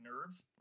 Nerves